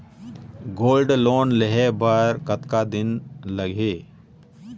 Gold loan लेहे बर कतका दिन लगही?